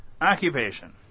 Occupation